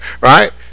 right